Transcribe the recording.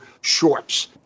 shorts